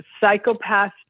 psychopath